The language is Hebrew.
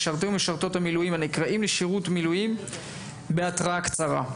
משרתים ומשרתות המילואים הנקראים לשירות מילואים בהתראה קצרה.